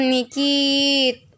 Nikit